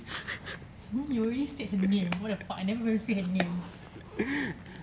hmm you already said her name what the fuck and then baru say her name